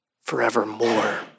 forevermore